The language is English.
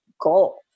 goal